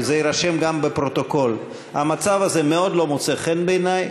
וזה יירשם גם בפרוטוקול: המצב הזה מאוד לא מוצא חן בעיני.